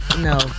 No